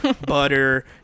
butter